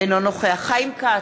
אינו נוכח חיים כץ,